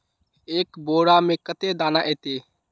एक बोड़ा में कते दाना ऐते?